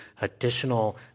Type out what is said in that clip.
additional